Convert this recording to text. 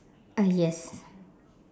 uh yes